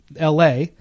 LA